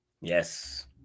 Yes